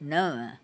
नव